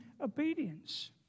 obedience